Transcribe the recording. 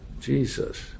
Jesus